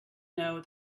know